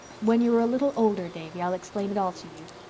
when you are a little older, davy, i'll explain it all to you.